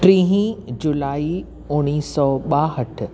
टीह जुलाई उणिवीह सौ ॿाहठि